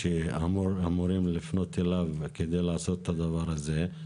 שאמורים לפנות אליו כדי לעשות את הדבר הזה,